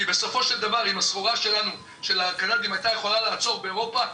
כי בסופו שך דבר אם הסחורה של הקנדיים הייתה יכולה לעצור באירופה,